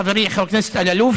חברי חבר הכנסת אלאלוף,